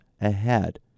ahead